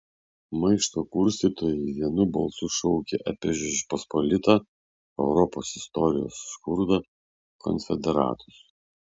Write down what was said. maišto kurstytojai vienu balsu šaukė apie žečpospolitą europos istorijos skurdą konfederatus